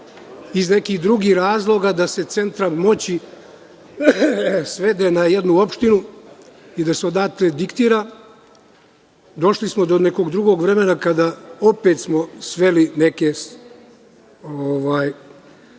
iz nekih drugih razloga da se centar moći svede na jednu opštinu i da se odatle diktira. Došli smo do nekog drugog vremena kada smo opet sveli neke